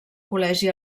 col·legi